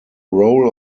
role